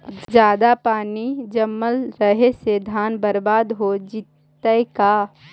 जादे पानी जमल रहे से धान बर्बाद हो जितै का?